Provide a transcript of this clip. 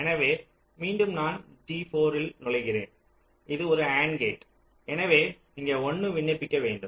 எனவே மீண்டும் நான் G4 இல் நுழைகிறேன் இது ஒரு அண்ட் கேட் எனவே இங்கே 1 ஐப் பயன்படுத்த வேண்டும்